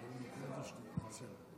עושים שזה יהיה בסדר.